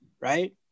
Right